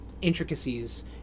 intricacies